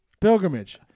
Pilgrimage